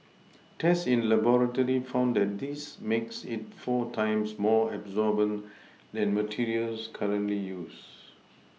tests in laboratory found that this makes it four times more absorbent than materials currently used